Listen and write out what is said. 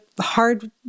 hard